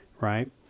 right